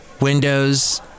windows